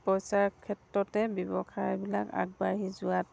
পইচাৰ ক্ষেত্ৰতে ব্যৱসায়বিলাক আগবাঢ়ি যোৱাত